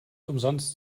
umsonst